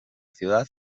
ciudad